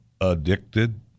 addicted